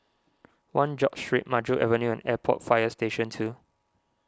one George Street Maju Avenue and Airport Fire Station two